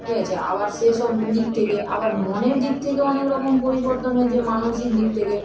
ঠিক আছে আবার সেসব দিক থেকে আবার মনের দিক থেকে অনেক রকম পরিবর্তন হয়েছে মানসিক দিক থেকে